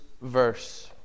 verse